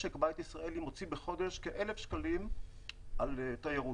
משק בית ישראלי מוציא בחודש כ-1,000 שקלים על תיירות,